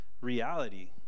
reality